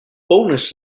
bonus